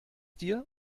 dir